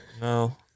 No